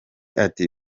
ati